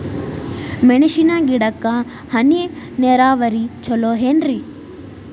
ಮೆಣಸಿನ ಗಿಡಕ್ಕ ಹನಿ ನೇರಾವರಿ ಛಲೋ ಏನ್ರಿ?